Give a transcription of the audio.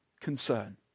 concern